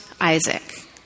Isaac